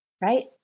right